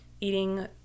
eating